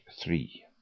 three